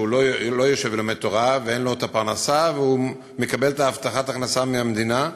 לא יושב ולומד תורה ואין לו הפרנסה והוא מקבל את הבטחת ההכנסה מהמדינה.